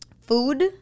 food